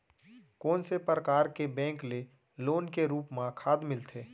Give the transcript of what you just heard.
कोन से परकार के बैंक ले लोन के रूप मा खाद मिलथे?